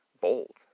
bold